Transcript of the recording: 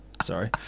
sorry